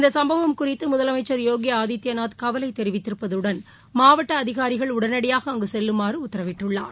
இந்த சும்பவம் குறித்து முதலமைச்ச் யோகி ஆதித்யநாத் கவலை தெரிவித்திருப்பதுடன் மாவட்ட அதிகாரிகள் உடனடியாக அங்கு செல்லுமாறு உத்தரவிட்டுள்ளார்